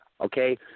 okay